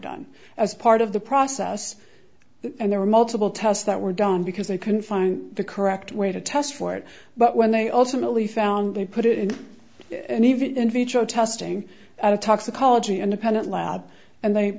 done as part of the process and there were multiple tests that were done because they couldn't find the correct way to test for it but when they ultimately found they put it in and even in vitro testing at a toxicology independent lab and they